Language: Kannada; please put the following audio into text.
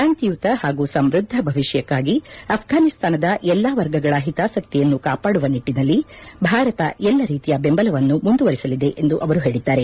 ಶಾಂತಿಯುತ ಹಾಗೂ ಸಮೃದ್ಧ ಭವಿಷ್ಕಕ್ಕಾಗಿ ಆಫ್ರಾನಿಸ್ತಾನದ ಎಲ್ಲಾ ವರ್ಗಗಳ ಹಿತಾಸಕ್ತಿಯನ್ನು ಕಾಪಾಡುವ ನಿಟ್ಟಿನಲ್ಲಿ ಭಾರತ ಎಲ್ಲಾ ರೀತಿಯ ಬೆಂಬಲವನ್ನು ಮುಂದುವರಿಸಲಿದೆ ಎಂದು ಅವರು ಹೇಳಿದ್ದಾರೆ